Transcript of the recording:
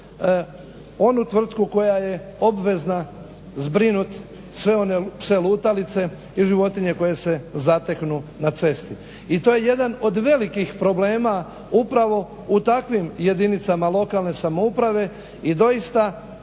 onu tvrtku koja je obvezna zbrinut sve one pse lutalice i životinje koje se zateknu na cesti. I to je jedan od velikih problema upravo u takvim jedinicama lokalne samouprave i doista